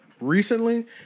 Recently